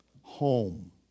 Home